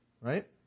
right